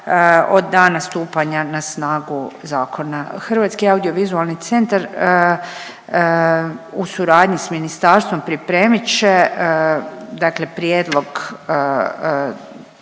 od dana stupanja na snagu zakona. Hrvatski audiovizualni centar u suradnji s ministarstvom pripremit će dakle prijedlog